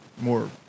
more